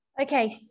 Okay